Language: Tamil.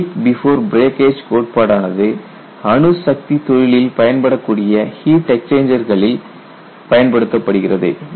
லீக் பிஃபோர் பிரேக்கேஜ் கோட்பாடானது அணுசக்தித் தொழிலில் பயன்படக்கூடிய ஹீட் எக்சேஞ்சஜர்களில் பயன்படுத்தப்படுகிறது